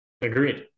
Agreed